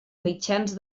mitjans